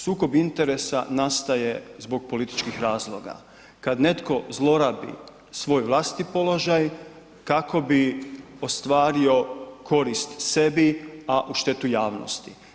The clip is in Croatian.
Sukob interesa nastaje zbog političkih razloga, kad netko zlorabi svoj vlastiti položaj kako bi ostvario korist sebi, a u štetu javnosti.